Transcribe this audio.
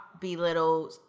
belittle